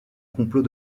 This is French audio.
complot